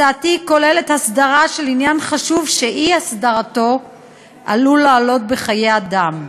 הצעתי כוללת הסדרה של עניין חשוב שאי-הסדרתו עלולה לעלות בחיי אדם.